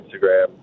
instagram